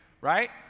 right